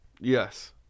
yes